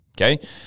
okay